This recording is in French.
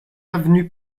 avenue